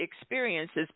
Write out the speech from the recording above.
experiences